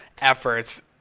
efforts